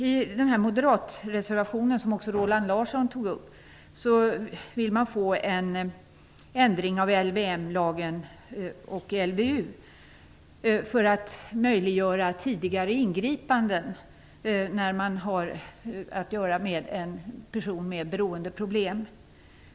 I reservationen från moderaterna, som också Roland Larsson tog upp, vill man få en ändring av LVM och LVU för att möjliggöra tidigare ingripanden när man har att göra med en person med beroendeproblem.